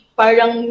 parang